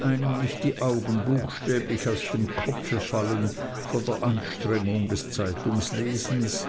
einem nicht die augen buchstäblich aus dem kopfe fallen von der anstrengung des zeitunglesens